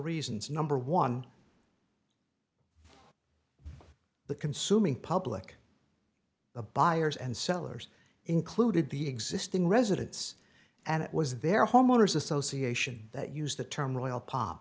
reasons number one the consuming public the buyers and sellers included the existing residents and it was their homeowner's association that used the term